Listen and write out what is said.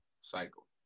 cycle